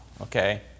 okay